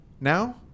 now